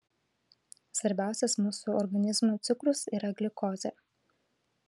svarbiausias mūsų organizmui cukrus yra gliukozė